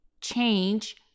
change